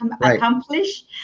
accomplish